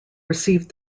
received